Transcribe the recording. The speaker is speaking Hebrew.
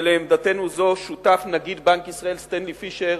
ולעמדתנו זו שותף נגיד בנק ישראל סטנלי פישר,